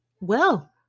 Well